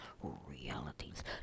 realities